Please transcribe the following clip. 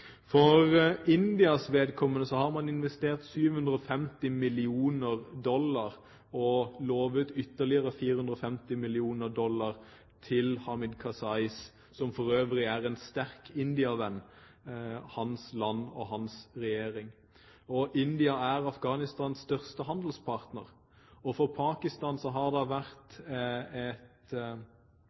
For Indias vedkommende har man investert 750 mill. dollar og lovet ytterligere 450 mill. dollar til Hamid Karzai, som for øvrig er en sterk indiavenn, til landet og hans regjering. India er Afghanistans største handelspartner, og for Pakistan har det vært et